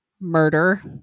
murder